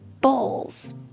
bowls